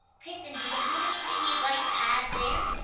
krysten, did you have anything you'd like to add there?